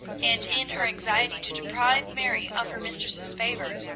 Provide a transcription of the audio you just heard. and in her anxiety to deprive mary of her mistress's favour,